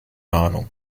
ahnung